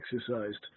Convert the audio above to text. exercised